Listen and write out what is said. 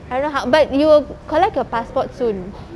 I don't know how but you will collect your passport soon